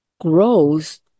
grows